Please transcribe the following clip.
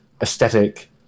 aesthetic